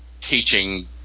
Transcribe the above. teaching